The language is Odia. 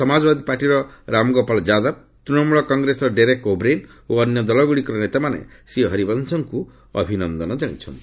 ସମାଜବାଦୀ ପାର୍ଟିର ରାମଗୋପାଳ ଯାଦବ ଏବଂ ତୃଣମୂଳ କଂଗ୍ରେସର ଡେରେକ୍ ଓବ୍ରେନ୍ ଓ ଅନ୍ୟ ଦଳଗୁଡ଼ିକର ନେତାମାନେ ଶ୍ରୀ ହରିବଂଶଙ୍କୁ ଅଭିନନ୍ଦନ ଜଣାଇଛନ୍ତି